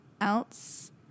else